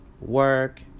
work